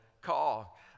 call